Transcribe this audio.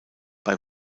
bei